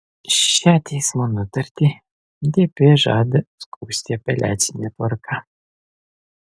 šią teismo nutartį dp žada skųsti apeliacine tvarka